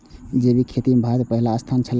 जैविक खेती में भारत के पहिल स्थान छला